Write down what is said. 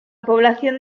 población